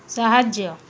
ସାହାଯ୍ୟ